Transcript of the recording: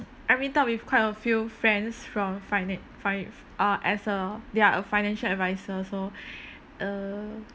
I meet up with quite a few friends from finan~ fi~ f~ as uh they are a financial advisor so err